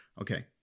Okay